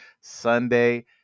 Sunday